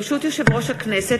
ברשות יושב-ראש הכנסת,